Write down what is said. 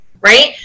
right